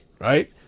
right